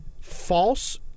false